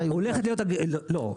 לא,